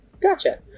gotcha